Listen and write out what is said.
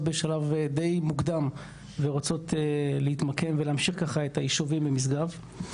בשלב די מוקדם ורוצות להתמקם ולהמשיך את הישובים במשגב.